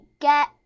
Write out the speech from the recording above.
get